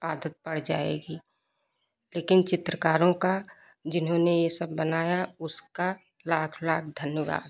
आदत पड़ जाएगी लेकिन चित्रकारों का जिन्होंने यह सब बनाया उसका लाख लाख धन्यवाद